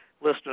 listeners